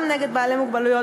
גם נגד בעלי מוגבלות,